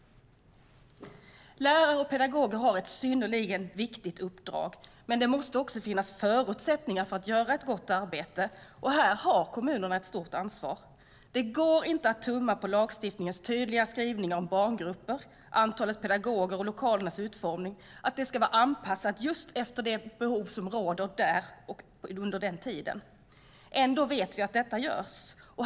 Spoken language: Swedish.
Lärare och pedagoger har ett synnerligen viktigt uppdrag, men det måste också finnas förutsättningar för att göra ett gott arbete. Här har kommunerna ett stort ansvar. Det går inte att tumma på lagstiftningens tydliga skrivningar om att barngrupper, antalet pedagoger och lokalernas utformning ska vara anpassade just efter de behov som råder där och då. Ändå vet vi att detta görs.